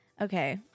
Okay